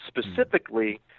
specifically